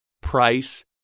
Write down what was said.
price